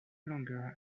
longer